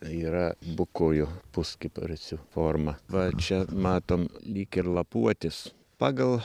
yra bukojo puskiparisių formą va čia matom lyg ir lapuotis pagal